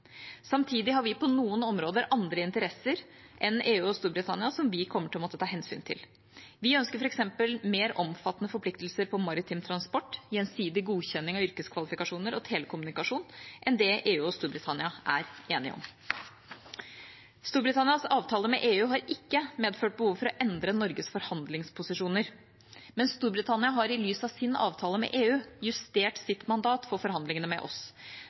Samtidig har vi på noen områder andre interesser enn EU og Storbritannia som vi kommer til å måtte ta hensyn til. Vi ønsker f.eks. mer omfattende forpliktelser om maritim transport, gjensidig godkjenning av yrkeskvalifikasjoner og telekommunikasjon enn det EU og Storbritannia er enige om. Storbritannias avtale med EU har ikke medført behov for å endre Norges forhandlingsposisjoner, men Storbritannia har i lys av sin avtale med EU justert sitt mandat for forhandlingene med oss.